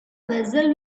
vessel